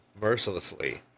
mercilessly